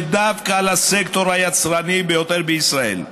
שדווקא לסקטור היצרני ביותר בישראל,